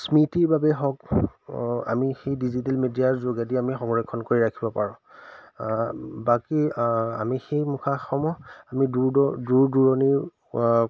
স্মৃতিৰ বাবে হওক আমি সেই ডিজিটেল মিডিয়াৰ যোগেদি আমি সংৰক্ষণ কৰি ৰাখিব পাৰোঁ বাকী আমি সেই মুখাসমূহ আমি দূৰ দূৰ দূৰ দূৰণিৰ